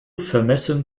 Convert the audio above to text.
vermessen